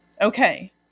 okay